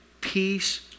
peace